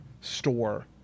store